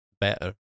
better